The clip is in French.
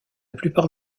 plupart